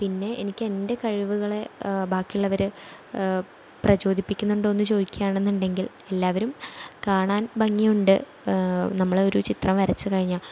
പിന്നെ എനിക്കെൻ്റെ കഴിവുകളെ ബാക്കിയുള്ളവർ പ്രചോദിപ്പിക്കുന്നുണ്ടോയെന്ന് ചോദിക്കുകയാണെന്നുണ്ടെങ്കിൽ എല്ലാവരും കാണാൻ ഭംഗിയുണ്ട് നമ്മൾ ഒരു ചിത്രം വരച്ച് കഴിഞ്ഞാൽ